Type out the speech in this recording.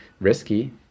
risky